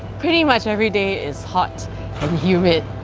pretty much every day is hot and humid.